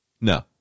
No